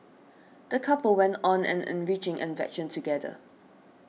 the couple went on an enriching adventure together